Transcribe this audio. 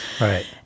Right